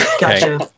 Gotcha